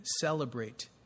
celebrate